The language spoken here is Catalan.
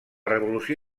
revolució